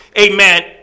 Amen